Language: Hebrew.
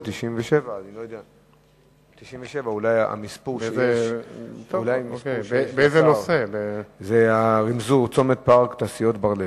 זה מס' 97. זה בנושא: רימזור צומת פארק תעשיות בר-לב.